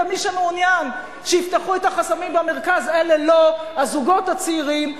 ומי שמעוניין שיפתחו את החסמים במרכז אלה לא הזוגות הצעירים,